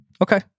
Okay